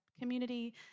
community